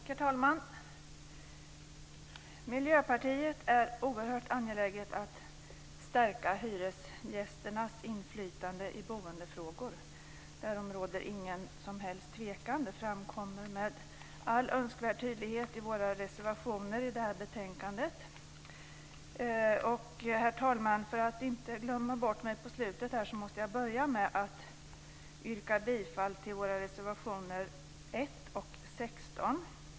Herr talman! Miljöpartiet är oerhört angeläget att stärka hyresgästernas inflytande i boendefrågor. Därom råder inget som helst tvivel. Det framkommer med all önskvärd tydlighet i våra reservationer i betänkandet. Herr talman! För att inte glömma bort mig på slutet börjar jag med att yrka bifall till våra reservationer 1 och 16.